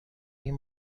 این